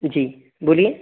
जी बोलिए